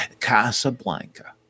Casablanca